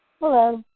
Hello